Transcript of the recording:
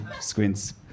squints